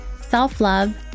self-love